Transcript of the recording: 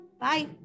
Bye